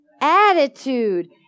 attitude